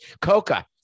Coca